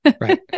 Right